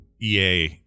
EA